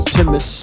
Timid